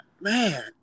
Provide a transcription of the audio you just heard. man